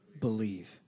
Believe